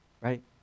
right